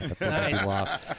Nice